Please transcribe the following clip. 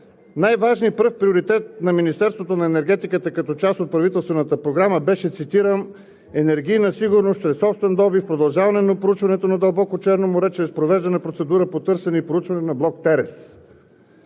Най-важният и пръв приоритет на Министерството на енергетиката като част от правителствената програма беше – цитирам: „Енергийна сигурност чрез собствен добив, продължаване на проучването на дълбоко в Черно море чрез провеждане на процедура по търсене и проучване на блок „Терес“.“